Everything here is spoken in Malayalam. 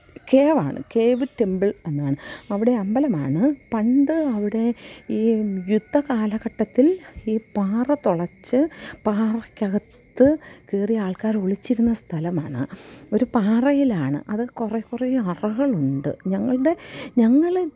കേവാണ് കേവ് ടെമ്പിള് എന്നാണ് അവിടെ അമ്പലമാണ് പണ്ട് അവിടെ ഈ യുദ്ധകാലഘട്ടത്തില് ഈ പാറ തുളച്ച് പാറയ്ക്കകത്ത് കയറി ആള്ക്കാർ ഒളിച്ചിരുന്ന സ്ഥലമാണ് ഒരു പാറയിലാണ് അത് കുറേ കുറേ അറകളുണ്ട് ഞങ്ങളുടെ ഞങ്ങൾ